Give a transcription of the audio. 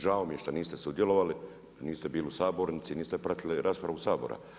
Žao mi je što niste sudjelovali, niste bili u sabornici, niste pratili raspravu Sabora.